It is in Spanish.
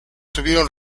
tuvieron